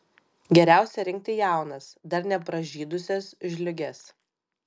geriausia rinkti jaunas dar nepražydusias žliūges